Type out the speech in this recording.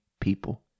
people